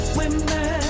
women